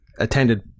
Attended